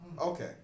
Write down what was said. Okay